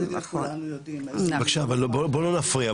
כולנו יודעים --- בוא לא נפריע,